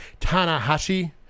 Tanahashi